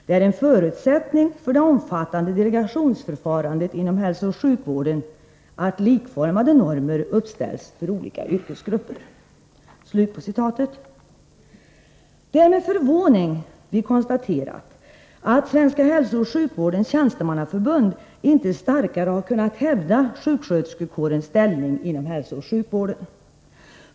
Det är en förutsättning för det omfattande delegationsförfarandet inom hälsooch sjukvården att likformade normer uppställs för olika yrkesgrupper.” Det är med förvåning vi har konstaterat att Svenska hälsooch sjukvårdens tjänstemannaförbund inte starkare har kunnat hävda sjuksköterskekårens ställning inom hälsooch sjukvården.